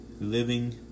Living